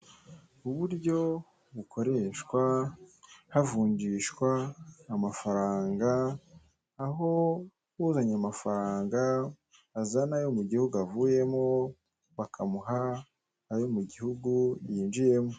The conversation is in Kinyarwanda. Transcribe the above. Uburyo bukoreshwa havunjishwa amafaranga, aho uzanye amafaranga azana ayo mu gihugu avuyemo, bakamuha ayo mu gihugu yinjiyemo.